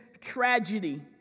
tragedy